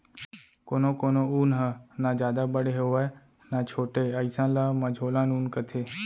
कोनो कोनो ऊन ह न जादा बड़े होवय न छोटे अइसन ल मझोलन ऊन कथें